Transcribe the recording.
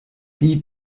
wie